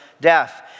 death